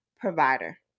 provider